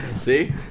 See